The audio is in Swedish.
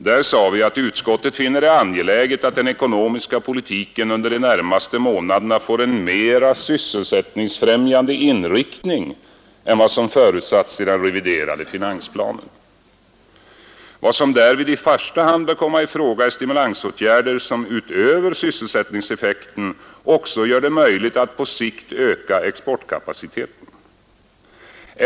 Där framhölls att utskottet finner det angeläget, ”att den ekonomiska politiken under de närmaste månaderna får en mera sysselsättningsfrämjande inriktning än vad som förutsatts i den reviderade finansplanen. Vad som därvid i första hand bör komma i fråga är stimulansåtgärder, som utöver sysselsättningseffekten också gör det möjligt att på sikt öka exportkapaciteten.